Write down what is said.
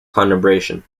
conurbation